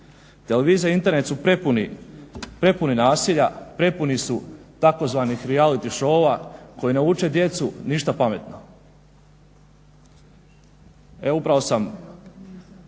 Televizija i Internet su prepune nasilja, prepuni su tzv. reality shoua koji ne uče djecu ništa pametno. Evo upravo sam